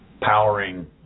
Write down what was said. powering